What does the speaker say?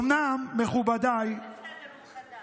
אומנם, מכובדיי, בסדר, הוא חדש.